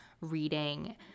reading